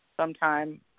sometime